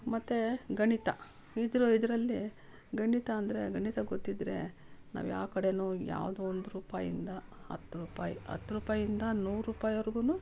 ಮತ್ತೆ ಗಣಿತ ಇದ್ದರೂ ಇದರಲ್ಲಿ ಗಣಿತ ಅಂದರೆ ಗಣಿತ ಗೊತ್ತಿದ್ದರೆ ನಾವ್ಯಾವ ಕಡೆಯೂ ಯಾವುದೋ ಒಂದು ರೂಪಾಯಿಯಿಂದ ಹತ್ತು ರೂಪಾಯಿ ಹತ್ತು ರೂಪಾಯಿಯಿಂದ ನೂರು ರೂಪಾಯಿವರೆಗೂ